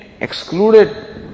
excluded